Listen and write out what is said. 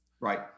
right